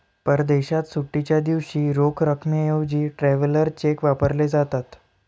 परदेशात सुट्टीच्या दिवशी रोख रकमेऐवजी ट्रॅव्हलर चेक वापरले जातात